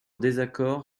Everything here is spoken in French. désaccord